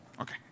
Okay